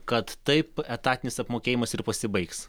kad taip etatinis apmokėjimas ir pasibaigs